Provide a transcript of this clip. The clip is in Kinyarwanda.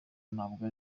ntabwo